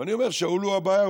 ואני אומר: שאול הוא הבעיה,